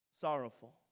Sorrowful